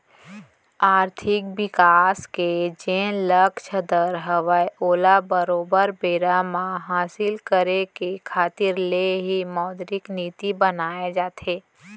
आरथिक बिकास के जेन लक्छ दर हवय ओला बरोबर बेरा म हासिल करे के खातिर ले ही मौद्रिक नीति बनाए जाथे